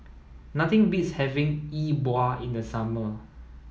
nothing beats having E Bua in the summer